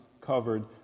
covered